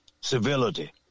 civility